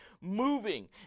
moving